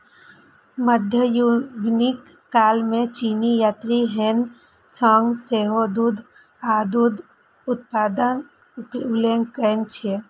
मध्ययुगीन काल मे चीनी यात्री ह्वेन सांग सेहो दूध आ दूध उत्पादक उल्लेख कयने छै